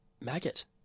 maggot